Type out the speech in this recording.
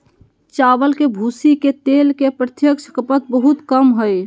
चावल के भूसी के तेल के प्रत्यक्ष खपत बहुते कम हइ